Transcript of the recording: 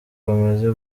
bamaze